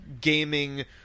gaming